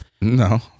No